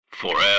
Forever